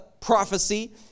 prophecy